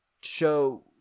show